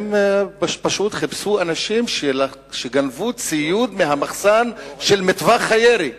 הם פשוט חיפשו אנשים שגנבו ציוד מהמחסן של מטווח הירי.